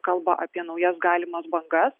kalba apie naujas galimas bangas